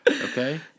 okay